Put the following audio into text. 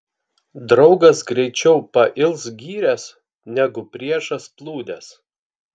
draugas greičiau pails gyręs negu priešas plūdes